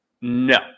No